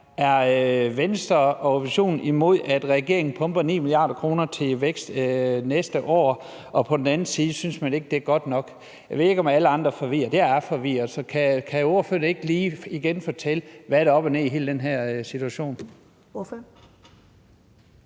er Venstre og oppositionen imod, at regeringen pumper 9 mia. kr. ud til vækst næste år, og på den anden side synes man ikke, det er godt nok. Jeg ved ikke, om alle andre er forvirret, men jeg er forvirret. Så kan ordføreren ikke lige igen fortælle, hvad der er op og ned i hele den her situation?